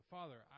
Father